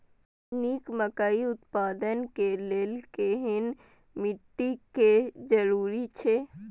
निक मकई उत्पादन के लेल केहेन मिट्टी के जरूरी छे?